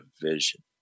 vision